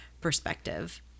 perspective